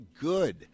good